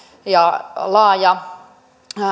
ja laaja